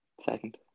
second